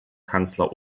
kanzler